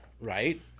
right